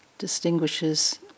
distinguishes